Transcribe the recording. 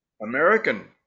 american